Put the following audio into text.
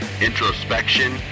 introspection